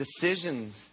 decisions